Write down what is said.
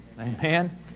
Amen